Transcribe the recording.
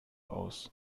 aus